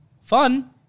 fun